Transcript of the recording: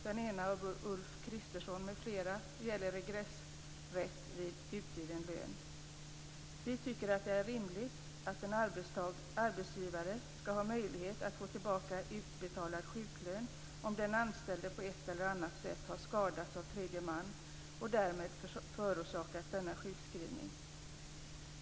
Den ena, av Ulf Kristersson m.fl., gäller regressrätt vid utgiven lön. Vi tycker att det är rimligt att en arbetsgivare skall ha möjlighet att få tillbaka utbetalad sjuklön om den anställde på ett eller annat sätt har skadats av tredje man och därmed förorsakats denna sjukskrivning.